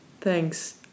Thanks